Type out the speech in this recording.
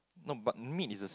no but meat is the same